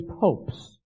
popes